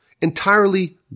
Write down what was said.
entirely